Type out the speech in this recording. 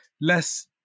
less